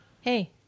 hey